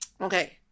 Okay